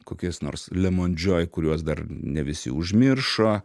kokiais nors lemon joy kuriuos dar ne visi užmiršo